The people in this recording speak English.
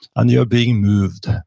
and you're being moved.